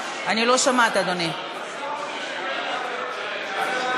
את הצעת חוק הביטוח הלאומי